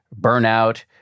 burnout